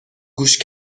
گوش